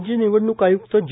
राज्य निवडणूक आय्क्त ज